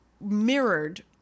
mirrored